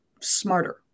smarter